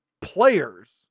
players